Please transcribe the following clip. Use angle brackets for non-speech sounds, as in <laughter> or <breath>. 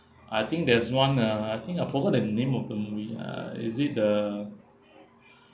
I think there's one uh I think I forgot the name of the movie uh is it the <breath>